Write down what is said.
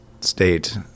state